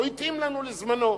והתאים לנו לזמנו.